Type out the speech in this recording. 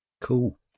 Cool